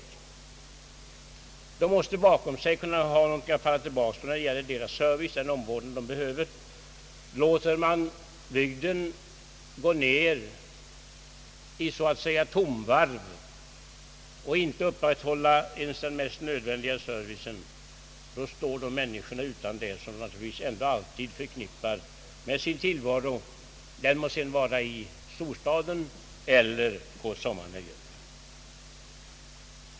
Man måste bakom sig ha någonting att falla tillbaka på när det gäller den service och omvårdnad de behöver. Låter man bygden gå ned i tomgång och inte upprätthåller ens den mest nödvändiga servicen, då står dessa människor utan det som de naturligtvis ändå alltid förknippar med sin tillvaro, den må sedan vara i storstaden eller på sommarnöjet.